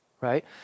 right